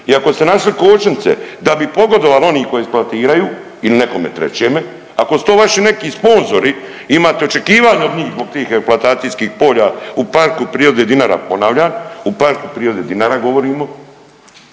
i ako ste našli kočnice da bi pogodovali onim koji eksploatiraju ili nekome trećeme, ako su to vaši neki sponzori i imate očekivanja od njih zbog tih eksploatacijskih polja u PP Dinara ponavljam, o PP Dinara govorimo